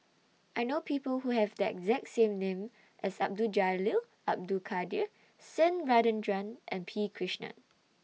I know People Who Have The exact same name as Abdul Jalil Abdul Kadir same Rajendran and P Krishnan